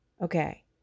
Okay